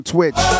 Twitch